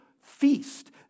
feast